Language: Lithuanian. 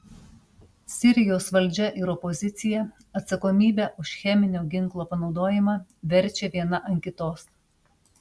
sirijos valdžia ir opozicija atsakomybę už cheminio ginklo panaudojimą verčia viena ant kitos